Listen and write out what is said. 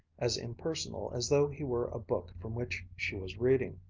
as impersonal as though he were a book from which she was reading.